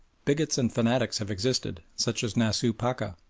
bigots and fanatics have existed, such as nasooh pacha,